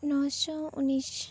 ᱱᱚᱥᱚ ᱚᱱᱤᱥ